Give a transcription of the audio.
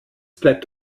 bleibt